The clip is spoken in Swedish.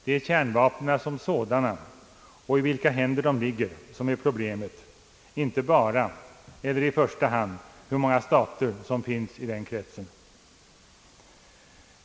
Det är kärnvapnen som sådana och i vilka händer de ligger som är problemet, inte bara eller i första hand hur många stater som finns i kretsen.